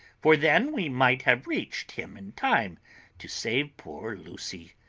for then we might have reached him in time to save poor lucy.